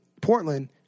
Portland